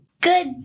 Good